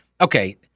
Okay